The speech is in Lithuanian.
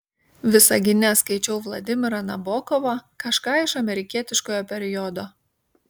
visagine skaičiau vladimirą nabokovą kažką iš amerikietiškojo periodo